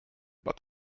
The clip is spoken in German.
bad